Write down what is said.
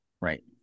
Right